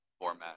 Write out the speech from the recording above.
format